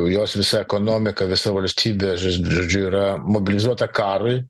jos visa ekonomika visa valstybė žo žodžiu yra mobilizuota karui